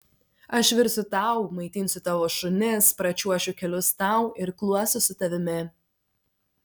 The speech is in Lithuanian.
aš virsiu tau maitinsiu tavo šunis pračiuošiu kelius tau irkluosiu su tavimi